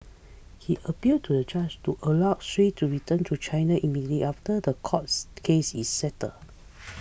he appealed to the judge to allow Sui to return to China immediately after the courts case is settled